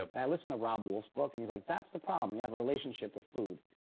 um i listened to robb wolf's book and he's like, that's the problem, you have a relationship with food.